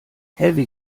heavy